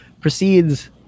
proceeds